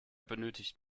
benötigt